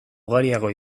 ugariago